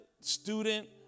student